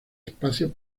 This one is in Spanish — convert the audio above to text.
espacios